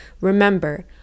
Remember